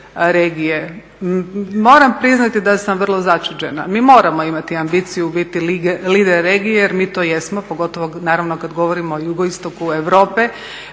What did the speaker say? moram priznati da sam vrlo začuđena. Mi moramo imati ambiciju biti lider regije jer mi to jesmo, pogotovo naravno kada govorimo o jugoistoku Europe,